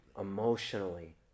emotionally